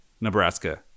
Nebraska